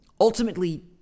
Ultimately